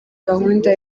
gahunda